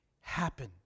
happen